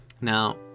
Now